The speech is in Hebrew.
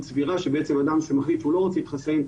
סבירה שבעצם אדם שמחליט שהוא לא רוצה להתחסן,